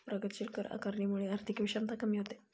प्रगतीशील कर आकारणीमुळे आर्थिक विषमता कमी होते